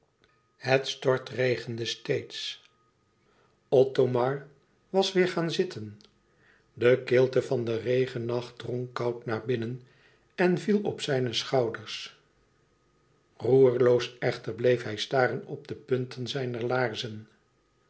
het stortregende steeds othomar was weêr gaan zitten de kilte van den regennacht drong koud naar binnen en viel op zijne schouders roerloos echter bleef hij staren op de punten zijner laarzen